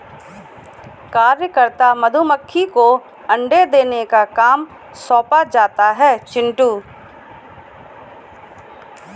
कार्यकर्ता मधुमक्खी को अंडे देने का काम सौंपा जाता है चिंटू